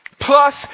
plus